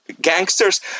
gangsters